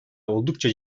oldukça